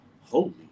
Holy